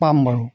পাম বাৰু